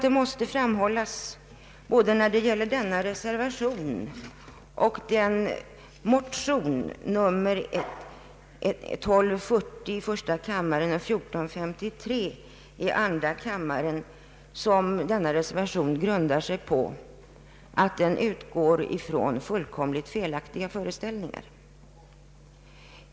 Det måste framhållas att både denna reservation och motionerna I: 1240 och II: 1433, som reservationen grundar sig på, utgår från fullkomligt felaktiga föreställningar.